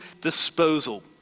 disposal